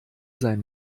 sein